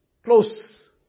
Close